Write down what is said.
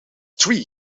three